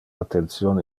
attention